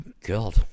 God